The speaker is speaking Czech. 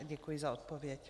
Děkuji za odpověď.